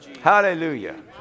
Hallelujah